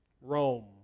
Rome